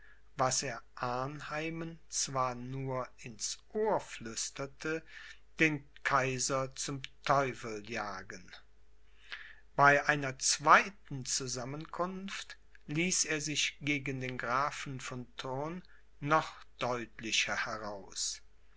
was er arnheimen zwar nur ins ohr flüsterte den kaiser zum teufel jagen bei einer zweiten zusammenkunft ließ er sich gegen den grafen von thurn noch deutlicher heraus